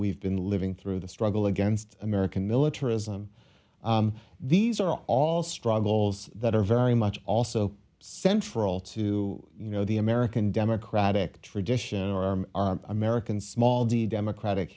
we've been living through the struggle against american militarism these are all struggles that are very much also central to you know the american democratic tradition or american small d democratic